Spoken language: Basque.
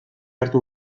hartu